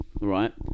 Right